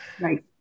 Right